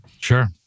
Sure